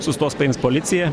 sustos paims policija